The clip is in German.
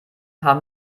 haben